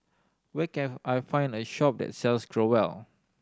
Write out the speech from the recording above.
where can I find a shop that sells Growell